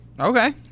Okay